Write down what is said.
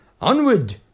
Onward